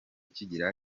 kigira